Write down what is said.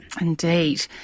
Indeed